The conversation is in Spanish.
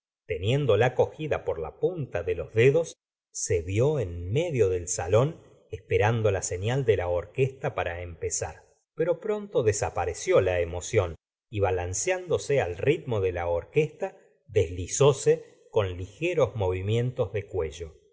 caballero teniéndola cogida por la punta de los dedos se vió en medio del salón esperando la señal de la orquesta para empezar pero pronto desapareció la emoción y balanceándose al ritmo de la orquesta deslizóse con ligeros movimientos de cuello